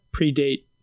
predate